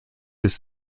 his